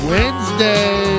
Wednesday